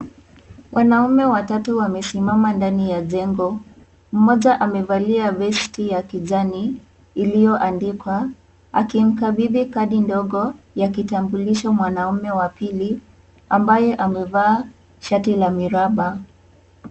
Wanaume watatu wamesimama ndani ya jengo, mmoja amevalia vesti ya kijani iliyoandikwa akimkabidhi kadi ndogo ya kitambulisho mwanaume wa pili ambaye amevaa shati la miraba.